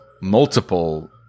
multiple